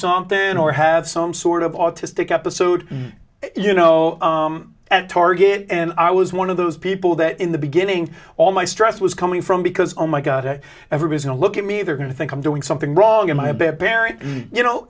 something or have some sort of autistic episode you know and target and i was one of those people that in the beginning all my stress was coming from because all my got it ever was in a look at me they're going to think i'm doing something wrong in my bed parents you know